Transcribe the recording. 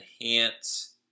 enhance